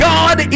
God